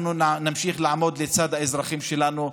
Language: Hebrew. אנחנו נמשיך לעמוד לצד האזרחים שלנו,